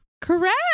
correct